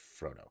Frodo